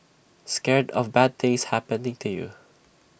scared of bad things happening to you